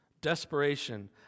Desperation